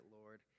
Lord